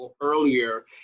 earlier